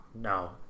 No